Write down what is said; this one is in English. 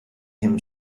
him